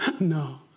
No